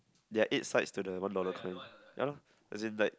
they are eight sides to the one dollar coin ya lor is it right